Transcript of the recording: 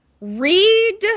read